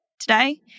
today